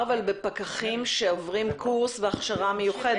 בפקחים שעוברים קורס והכשרה מיוחדת.